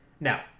Now